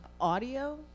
audio